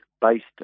based